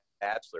bachelor